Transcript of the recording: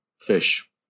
fish